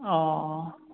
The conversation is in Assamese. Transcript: অঁ অঁ